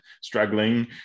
struggling